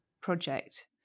project